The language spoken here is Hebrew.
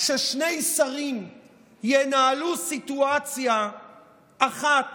ששני שרים ינהלו סיטואציה אחת